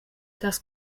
das